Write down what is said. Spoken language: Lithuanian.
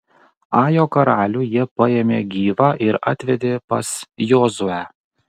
ajo karalių jie paėmė gyvą ir atvedė pas jozuę